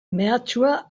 mehatxua